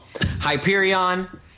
Hyperion